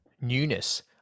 newness